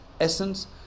essence